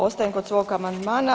Ostajem kod svog amandmana.